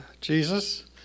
Jesus